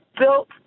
built